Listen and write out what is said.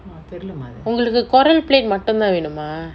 ஒங்களுக்கு:ongaluku corelle plate மட்டுதா வேணுமா:mattutha venuma